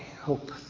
hope